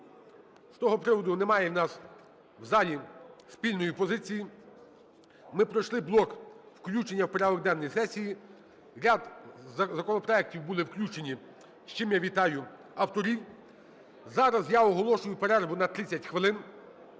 з того приводу немає у нас в залі спільної позиції, ми пройшли блок включення в порядок денний сесії, ряд законопроектів були включені, з чим я вітаю авторів. Зараз я оголошую перерву на 30 хвилин,